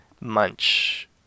Munch